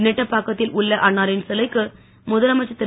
நெட்டபாக்கத்தில் உள்ள அன்னாரின் சிலைக்கு முதலமைச்சர் திரு